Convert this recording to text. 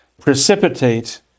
precipitate